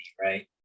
right